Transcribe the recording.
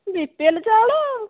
ବି P L ଚାଉଳ